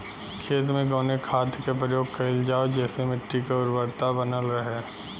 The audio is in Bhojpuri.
खेत में कवने खाद्य के प्रयोग कइल जाव जेसे मिट्टी के उर्वरता बनल रहे?